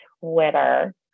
Twitter